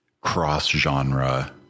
cross-genre